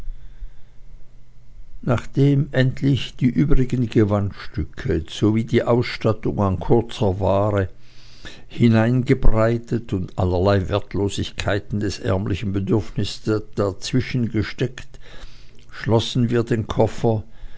nachdem endlich die übrigen gewandstücke sowie die ausstattung an kurzer ware hineingebreitet und allerlei wertlosigkeiten des ärmlichen bedürfnisses dazwischengesteckt worden schlossen wir den koffer